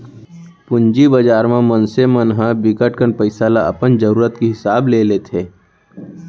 पूंजी बजार म मनसे मन ह बिकट कन पइसा ल अपन जरूरत के हिसाब ले लेथे